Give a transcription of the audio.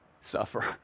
suffer